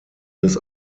des